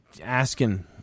asking